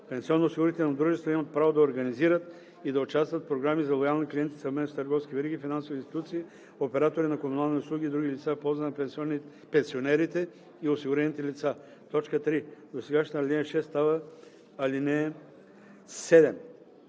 Пенсионноосигурителните дружества имат право да организират и да участват в програми за лоялни клиенти съвместно с търговски вериги, финансови институции, оператори на комунални услуги и други лица в полза на пенсионерите и осигурените лица.“ 3. Досегашната ал. 6 става ал. 7.“